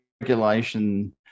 regulation